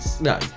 No